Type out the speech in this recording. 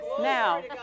Now